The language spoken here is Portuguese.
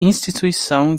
instituição